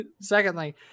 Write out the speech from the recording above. secondly